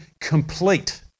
complete